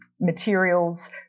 materials